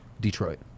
Detroit